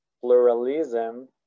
pluralism